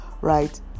right